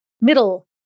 middle